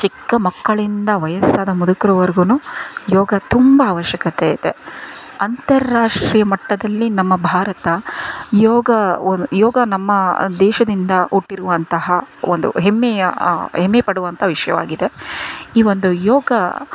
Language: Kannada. ಚಿಕ್ಕ ಮಕ್ಕಳಿಂದ ವಯಸ್ಸಾದ ಮುದುಕರವರೆಗೂ ಯೋಗ ತುಂಬ ಅವಶ್ಯಕತೆ ಇದೆ ಅಂತರಾಷ್ಟ್ರೀಯ ಮಟ್ಟದಲ್ಲಿ ನಮ್ಮ ಭಾರತ ಯೋಗ ಒ ಯೋಗ ನಮ್ಮ ದೇಶದಿಂದ ಹುಟ್ಟಿರುವಂತಹ ಒಂದು ಹೆಮ್ಮೆಯ ಹೆಮ್ಮೆ ಪಡುವಂತಹ ವಿಷಯವಾಗಿದೆ ಈ ಒಂದು ಯೋಗ